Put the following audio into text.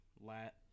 lat